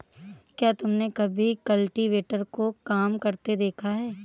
क्या तुमने कभी कल्टीवेटर को काम करते देखा है?